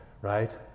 right